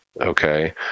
okay